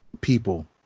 people